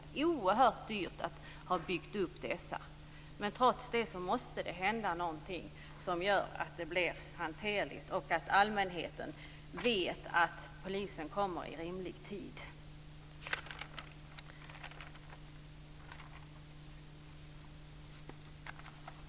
Det har varit oerhört dyrt att bygga upp dessa, men trots det måste det hända någonting som gör att situationen blir hanterlig och att allmänheten får veta att polisen kommer efter en rimlig tid.